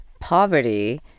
poverty